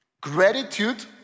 gratitude